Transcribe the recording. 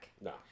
No